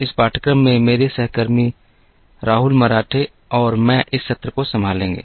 इस पाठ्यक्रम में मेरे सहकर्मी राहुल मराठे और मैं सत्र को संभालेंगे